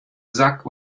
sack